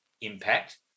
impact